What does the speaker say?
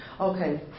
Okay